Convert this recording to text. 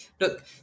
look